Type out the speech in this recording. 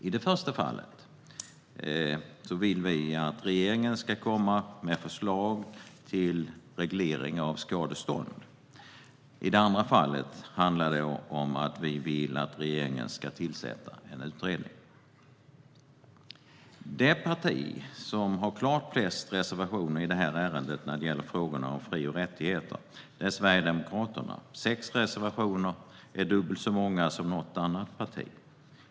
I det första fallet vill vi att regeringen ska komma med förslag till reglering av skadestånd. I det andra fallet vill vi att regeringen ska tillsätta en utredning. Det parti som har klart flest reservationer i det här ärendet när det gäller frågorna om fri och rättigheter är Sverigedemokraterna. Sex reservationer är dubbelt så många som något annat parti har.